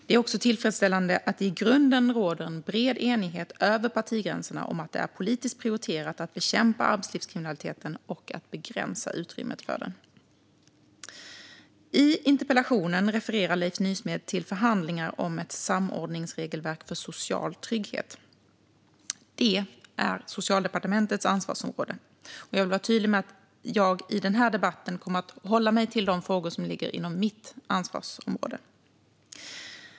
Det är också tillfredsställande att det i grunden råder en bred enighet över partigränserna om att det är politiskt prioriterat att bekämpa arbetslivskriminaliteten och att begränsa utrymmet för den. I interpellationen refererar Leif Nysmed till förhandlingar om ett samordningsregelverk för social trygghet. Det är Socialdepartementets ansvarsområde. Jag vill vara tydlig med att jag i den här debatten kommer att hålla mig till de frågor som ligger inom mitt ansvarsområde.